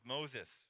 Moses